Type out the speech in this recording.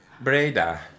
Breda